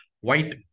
White